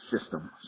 system